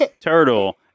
turtle